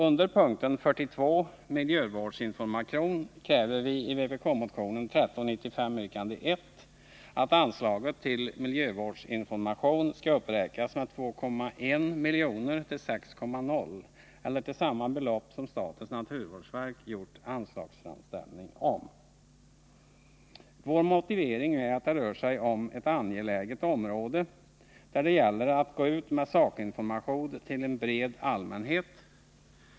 Under punkten 42, Miljövårdsinformation, kräver vi i vpk-motionen 1395 yrkande 1 att anslaget till miljövårdsinformation skall uppräknas med 2,1 milj.kr. till 6,0 milj.kr., eller till samma belopp som statens naturvårdsverk gjort anslagsframställan om. Vår motivering är att det rör sig om ett angeläget område där det gäller att gå ut med sakinformation till en bred allmänhet.